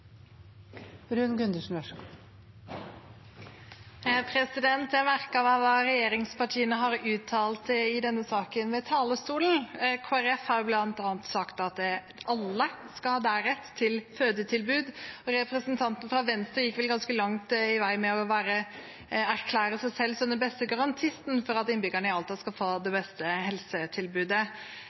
Jeg har merket meg hva regjeringspartiene har uttalt i denne saken fra talerstolen. Kristelig Folkeparti har bl.a. sagt at alle skal ha nærhet til et fødetilbud, og representanten fra Venstre gikk vel ganske langt i å erklære seg selv som den beste garantisten for at innbyggerne i Alta skal få det beste helsetilbudet.